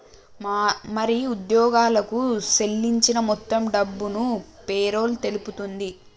మరి ఉద్యోగులకు సేల్లించిన మొత్తం డబ్బును పేరోల్ తెలుపుతుంది